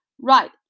Right